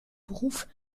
beruf